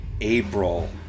April